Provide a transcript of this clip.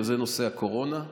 וזה נושא הקורונה.